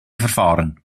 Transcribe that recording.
verfahren